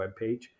webpage